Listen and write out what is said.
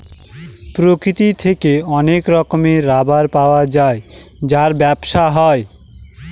প্রকৃতি থেকে অনেক রকমের রাবার পাওয়া যায় যার ব্যবসা হয়